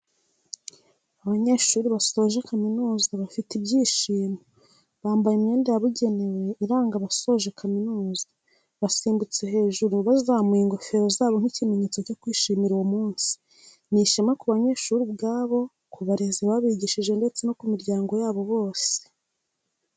Abanyeshuri basoje kaminuza bafite ibyishimo, bambaye imyenda yabugenewe iranga abasoje kaminuza, basimbutse hejuru, bazamuye ingofero zabo nk'ikimenyetso cyo kwishimira uwo munsi, ni ishema ku banyeshuri ubwabo, ku barezi babigishije ndetse no ku miryango yabo bose.